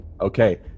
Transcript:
Okay